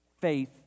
faith